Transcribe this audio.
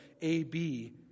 A-B